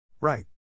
right